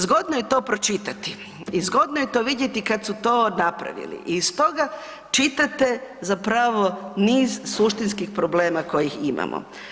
Zgodno je to pročitati i zgodno je to vidjeti kad su to napravili i iz toga čitate zapravo niz suštinskih problema kojih imamo.